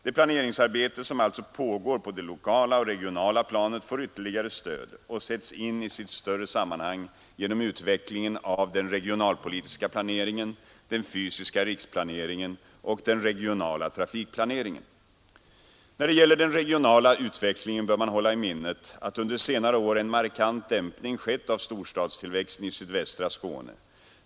Det planeringsarbete som alltså pågår på det lokala och regionala planet får ytterligare stöd och sätts in i sitt större sammanhang genom utvecklingen av den regionalpolitiska planeringen, den fysiska riksplaneringen och den regionala trafikplaneringen. När det gäller den regionala utvecklingen bör man hålla i minnet att under senare år en markant dämpning skett av storstadstillväxten i sydvästra Skåne.